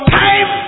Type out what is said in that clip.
time